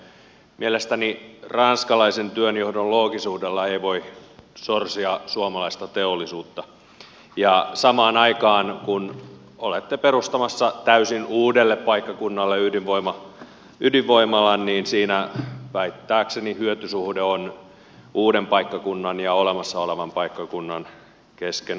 mielestäni ranskalaisen työnjohdon loogisuudella ei voi sorsia suomalaista teollisuutta ja samaan aikaan kun olette perustamassa täysin uudelle paikkakunnalle ydinvoimalan siinä väittääkseni hyötysuhteessa on uuden paikkakunnan ja olemassa olevan paikkakunnan kesken huomattava ero